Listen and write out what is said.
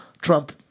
Trump